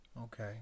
Okay